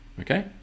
Okay